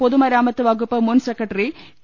പൊതുമരാമത്ത് വകുപ്പ് മുൻ സെക്രട്ടറി ടി